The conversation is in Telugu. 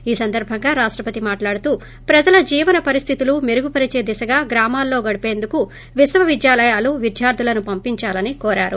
ఈ సందర్భంగా రాష్ట్రపతి మాట్లాడుతూ ప్రజల్ జీవన పరిస్థితులు మెరుగు పరిచే దిశగా గ్రామాల్లో గడిపేందుకు విశ్వవిద్యాలయాలు విద్యార్ధులకు పంపించాలని కోరారు